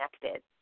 connected